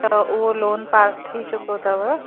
त उहो loan pass थी चुको अथव